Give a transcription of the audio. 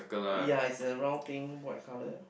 yea is a round thing white colour